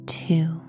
two